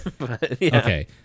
okay